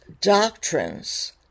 doctrines